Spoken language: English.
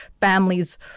families